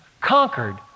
conquered